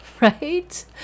right